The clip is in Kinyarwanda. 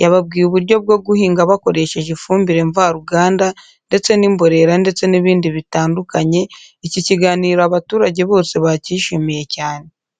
yababwiye uburyo bwo guhinga bakoresheje ifumbire mvaruganda ndetse n'imborera ndetse n'ibindi bitandukanye, iki kiganiro abaturage bose bacyishimiye cyane.